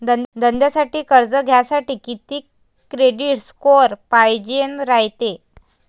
धंद्यासाठी कर्ज घ्यासाठी कितीक क्रेडिट स्कोर पायजेन रायते?